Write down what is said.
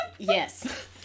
Yes